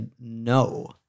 no